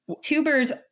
Tubers